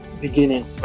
beginning